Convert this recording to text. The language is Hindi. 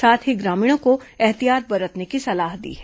साथ ही ग्रामीणों को ऐहतियात बरतने की सलाह दी है